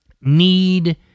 need